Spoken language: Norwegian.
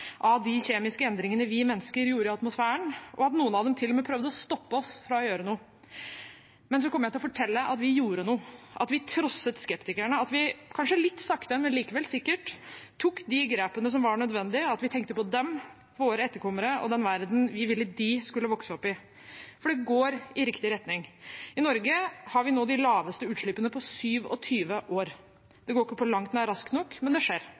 av de kjemiske endringene vi mennesker gjorde i atmosfæren, og at noen av dem til og med prøvde å stoppe oss fra å gjøre noe. Men så kommer jeg til å fortelle at vi gjorde noe, at vi trosset skeptikerne, at vi kanskje litt sakte, men likevel sikkert tok de grepene som var nødvendige, at vi tenkte på dem, våre etterkommere, og den verdenen vi ville de skulle vokse opp i. For det går i riktig retning. I Norge har vi nå de laveste utslippene på 27 år. Det går ikke på langt nær raskt nok, men det skjer.